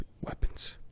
weapons